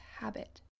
habit